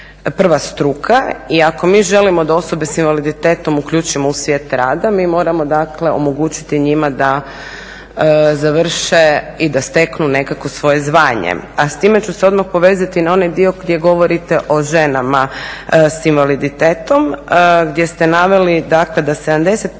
prva struka. I ako mi želimo da osobe s invaliditetom uključimo u svijet rada mi moramo dakle omogućiti njima da završe i da steknu nekakvo svoje zvanje. A s time ću se odmah povezati na onaj dio gdje govorite o ženama s invaliditetom, gdje ste naveli da 77%